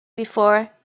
before